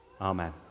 Amen